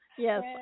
Yes